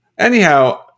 Anyhow